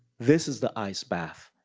this is the ice bath.